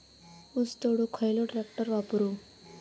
ऊस तोडुक खयलो ट्रॅक्टर वापरू?